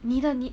你的你